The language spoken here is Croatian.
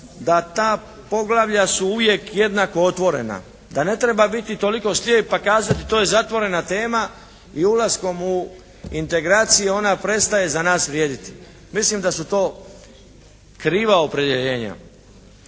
da ta poglavlja su uvijek jednako otvorena, da ne treba biti toliko slijep a kazati to je zatvorena tema i ulaskom u integracije ona prestaje za nas vrijediti. Mislim da su to kriva opredjeljenja.